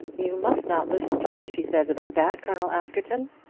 you must not listen to what she says about that, colonel askerton.